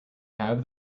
have